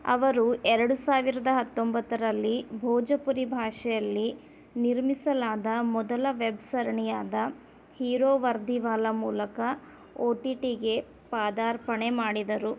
ಅವರು ಎರಡು ಸಾವಿರದ ಹತ್ತೊಂಬತ್ತರಲ್ಲಿ ಭೋಜಪುರಿ ಭಾಷೆಯಲ್ಲಿ ನಿರ್ಮಿಸಲಾದ ಮೊದಲ ವೆಬ್ ಸರಣಿಯಾದ ಹೀರೋ ವರ್ದಿವಾಲಾ ಮೂಲಕ ಓ ಟಿ ಟಿಗೆ ಪಾದಾರ್ಪಣೆ ಮಾಡಿದರು